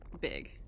Big